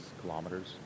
kilometers